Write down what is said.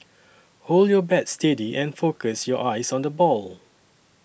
hold your bat steady and focus your eyes on the ball